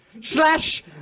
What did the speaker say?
Slash